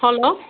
hello